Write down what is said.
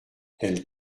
elle